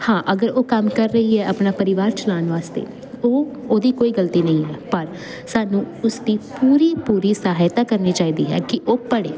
ਹਾਂ ਅਗਰ ਉਹ ਕੰਮ ਕਰ ਰਹੀ ਹੈ ਆਪਣਾ ਪਰਿਵਾਰ ਚਲਾਉਣ ਵਾਸਤੇ ਉਹ ਉਹਦੀ ਕੋਈ ਗਲਤੀ ਨਹੀਂ ਹੈ ਪਰ ਸਾਨੂੰ ਉਸਦੀ ਪੂਰੀ ਪੂਰੀ ਸਹਾਇਤਾ ਕਰਨੀ ਚਾਹੀਦੀ ਹੈ ਕਿ ਉਹ ਪੜ੍ਹੇ